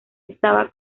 estaba